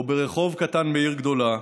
או ברחוב קטן בעיר גדולה,